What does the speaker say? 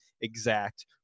exact